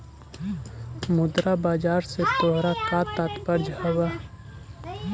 मुद्रा बाजार से तोहरा का तात्पर्य हवअ